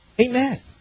Amen